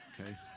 okay